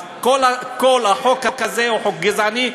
אז כל החוק הזה הוא חוק גזעני,